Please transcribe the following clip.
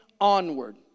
onward